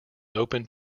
open